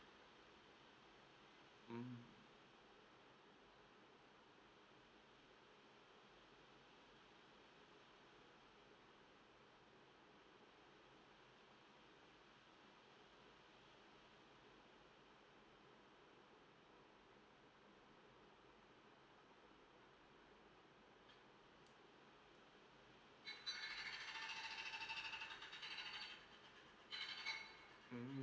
mm mm